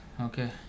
Okay